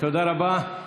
אני מציע הצעה, תודה רבה.